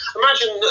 imagine